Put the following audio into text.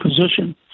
position